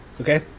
okay